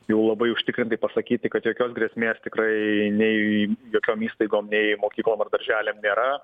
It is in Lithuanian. jau labai užtikrintai pasakyti kad jokios grėsmės tikrai nei jokiom įstaigom nei mokyklom ar darželiam nėra